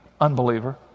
unbeliever